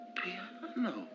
piano